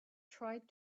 tried